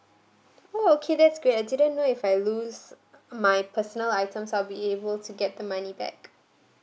okay that's great I didn't know if I lose my personal items are we able to get the money back